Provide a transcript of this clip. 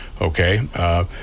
okay